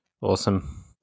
Awesome